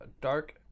dark